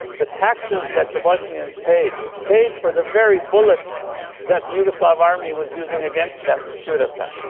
the taxes that the bosnia's paid, paid for the very bullets that yugoslavia army was using against them to shoot at them.